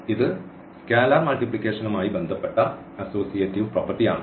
ഇത് സ്കേലാർ മൾട്ടിപ്ലിക്കേഷനുമായി ബന്ധപ്പെട്ട അസോസിയേറ്റീവ് പ്രോപ്പർട്ടിയാണ്